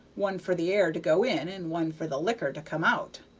one for the air to go in and one for the liquor to come out,